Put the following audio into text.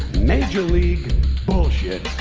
major league bullshit,